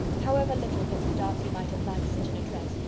however little mr. darcy might have liked such an address,